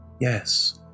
Yes